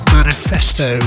Manifesto